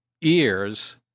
ears